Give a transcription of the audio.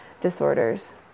disorders